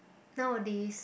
nowadays